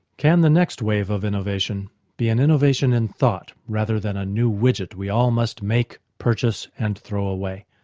can the next wave of innovation be an innovation in thought rather than a new widget we all must make, purchase and throw away?